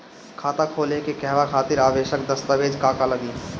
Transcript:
खाता खोले के कहवा खातिर आवश्यक दस्तावेज का का लगी?